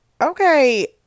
okay